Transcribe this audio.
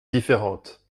différentes